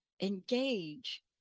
engage